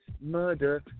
murder